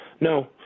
No